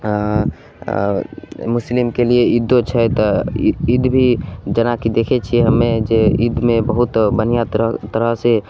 मुस्लिम केलिये ईदो छै तऽ ईद भी जेना कि देखैत छियै हमे जे ईदमे बहुत बढ़िआँ तरह तरह से